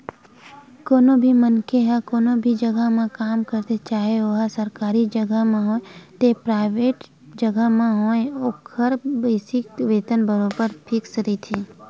कोनो भी मनखे ह कोनो भी जघा काम करथे चाहे ओहा सरकारी जघा म होवय ते पराइवेंट जघा म होवय ओखर बेसिक वेतन बरोबर फिक्स रहिथे